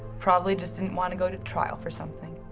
probably just didn't want to go to trial for something.